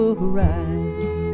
horizon